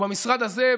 ובמשרד הזה,